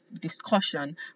discussion